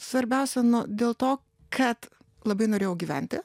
svarbiausia nuo dėl to kad labai norėjau gyventi